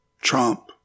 Trump